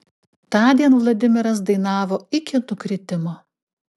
tądien vladimiras dainavo iki nukritimo